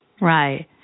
Right